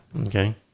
Okay